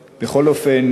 בכל אופן,